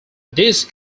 this